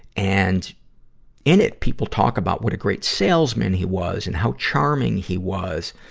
and in it, people talk about what a great salesman he was, and how charming he was.